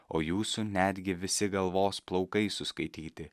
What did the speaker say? o jūsų netgi visi galvos plaukai suskaityti